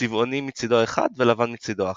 צבעוני מצדו האחד ולבן מצדו האחר.